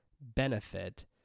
benefit